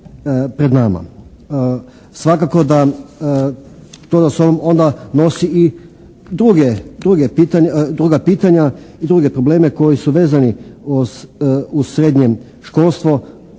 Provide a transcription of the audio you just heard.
Svakako da za sobom onda nosi i druga pitanja i druge probleme koji su vezani uz srednje školstvo,